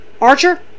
Archer